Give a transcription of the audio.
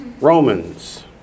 Romans